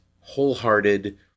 wholehearted